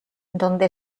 donde